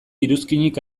iruzkinik